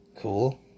Cool